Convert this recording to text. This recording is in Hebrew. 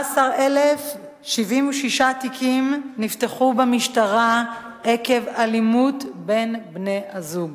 17,076 תיקים נפתחו במשטרה עקב אלימות בין בני-הזוג.